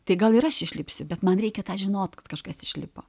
tai gal ir aš išlipsiu bet man reikia tą žinot kad kažkas išlipo